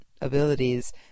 abilities